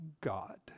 God